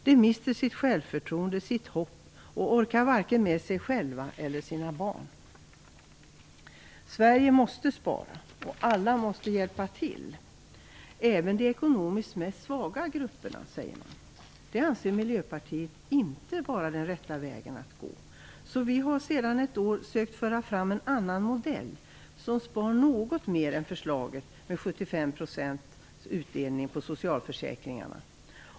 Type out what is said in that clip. De mister sitt självförtroende, sitt hopp och orkar varken med sig själva eller sina barn. Sverige måste spara, och alla måste hjälpa till, även de ekonomiskt svagaste grupperna, säger man. Det anser inte Miljöpartiet vara den rätta vägen att gå. Vi har sedan ett år försökt att föra fram en annan modell som spar något mer än förslaget med en utdelning på 75 % i socialförsäkringarna.